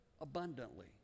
abundantly